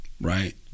right